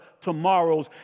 tomorrows